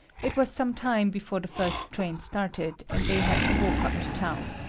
it was some time before the first train started and they had to walk up to town.